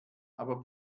aber